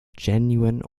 genuine